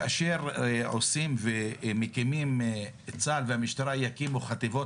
כאשר עושים וצה"ל והמשטרה יקימו חטיבות